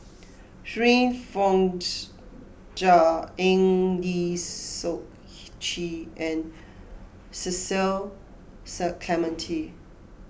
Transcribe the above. Shirin Fozdar Eng Lee Seok Chee and Cecil Clementi